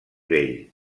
vell